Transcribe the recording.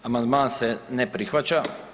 Amandman se ne prihvaća.